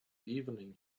evening